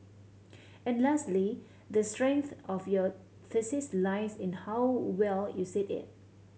and lastly the strength of your thesis lies in how well you said it